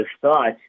thought